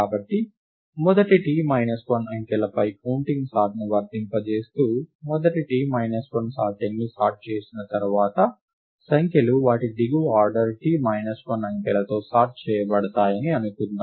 కాబట్టి మొదటి t 1 అంకెలపై కౌంటింగ్ సార్ట్ ని వర్తింపజేస్తూ మొదటి t 1 సార్టింగ్ను సార్ట్ చేయిన తర్వాత సంఖ్యలు వాటి దిగువ ఆర్డర్ t 1 అంకెలతో సార్ట్ చేయబడతాయని అనుకుందాం